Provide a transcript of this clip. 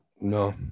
no